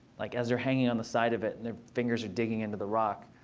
like as they're hanging on the side of it and their fingers are digging into the rock,